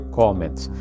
comments